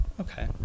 Okay